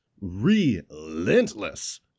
relentless